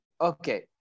okay